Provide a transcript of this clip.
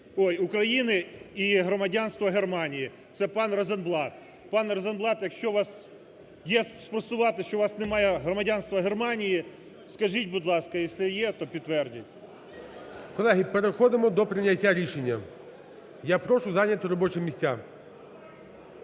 ой, України і громадянство Германії. Це пан Розенблат. Пане Розенблат, якщо у вас є спростувати, що у вас немає громадянства Германії, скажіть, будь ласка. Єсли є, то підтвердіть. ГОЛОВУЮЧИЙ. Колеги, переходимо до прийняття рішення. Я прошу зайняти робочі місця.